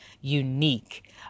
unique